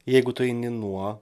jeigu tu eini nuo